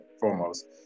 foremost